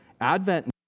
Advent